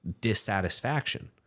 dissatisfaction